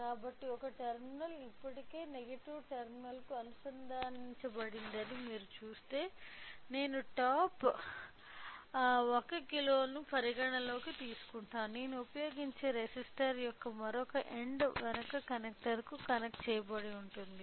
కాబట్టి ఒక టెర్మినల్ ఇప్పటికే నెగటివ్ టెర్మినల్కు అనుసంధానించబడిందని మీరు చూస్తే నేను టాప్ 1 కిలోను పరిగణనలోకి తీసుకుంటే నేను ఉపయోగించే రెసిస్టర్ యొక్క మరొక ఎండ్ వెనుక కనెక్టర్కు కనెక్ట్ చెయ్యబడింది